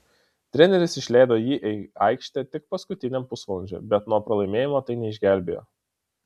treneris išleido jį į aikštę tik paskutiniam pusvalandžiui bet nuo pralaimėjimo tai neišgelbėjo